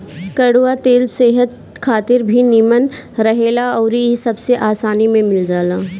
कड़ुआ तेल सेहत खातिर भी निमन रहेला अउरी इ सबसे आसानी में मिल जाला